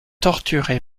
torturé